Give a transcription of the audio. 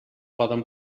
poden